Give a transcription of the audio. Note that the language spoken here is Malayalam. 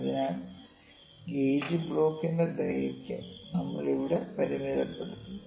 അതിനാൽ ഗേജ് ബ്ലോക്കിന്റെ ദൈർഘ്യം നമ്മൾ ഇവിടെ പരിമിതപ്പെടുത്തുന്നു